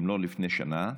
אם לא לפני שנה,